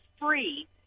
free